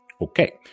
Okay